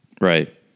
Right